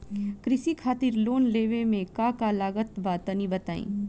कृषि खातिर लोन लेवे मे का का लागत बा तनि बताईं?